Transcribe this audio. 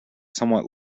somewhat